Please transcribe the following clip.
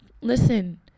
Listen